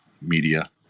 media